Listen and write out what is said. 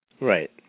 Right